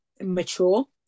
mature